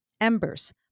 Embers